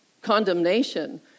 condemnation